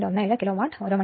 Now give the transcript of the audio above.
17 kilowatt മണിക്കൂർ